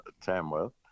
Tamworth